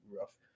rough